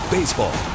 Baseball